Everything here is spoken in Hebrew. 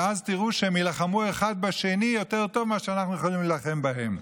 ואז תראו שהם יילחמו האחד בשני יותר טוב ממה שאנחנו יכולים להילחם בהם.